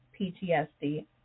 PTSD